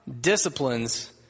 disciplines